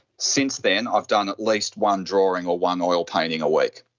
since then i've done at least one drawing or one oil painting a week.